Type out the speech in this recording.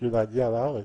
בשביל להגיע לארץ.